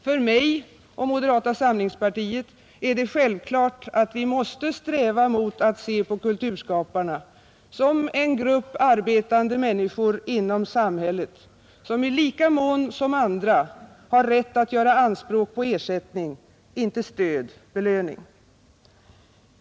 För mig och moderata samlingspartiet är det självklart att vi måste sträva mot att se på kulturskaparna som en grupp arbetande människor inom samhället som i lika mån som andra har rätt att göra anspråk på ersättning, inte stöd, belöning.